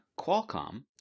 Qualcomm –